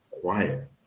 quiet